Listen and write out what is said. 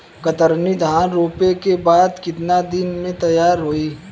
कतरनी धान रोपे के बाद कितना दिन में तैयार होई?